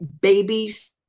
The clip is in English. babies